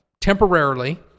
temporarily